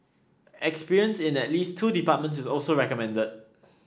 experience in at least two departments is also recommended